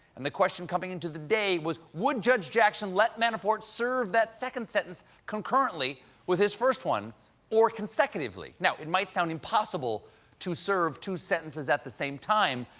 and the question coming into the day was would judge jackson let manafort serve that second sentence concurrently with his first one or consecutively. now, it might sound impossible to serve two sentences at the same time,